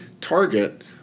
target